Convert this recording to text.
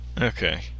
Okay